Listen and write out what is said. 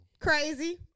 Crazy